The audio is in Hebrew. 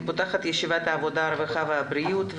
פותחת את ישיבת ועדת העבודה הרווחה והבריאות.